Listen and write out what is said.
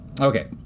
Okay